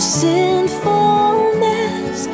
sinfulness